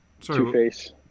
Two-Face